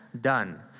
done